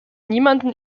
niemanden